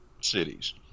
cities